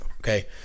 okay